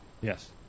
Yes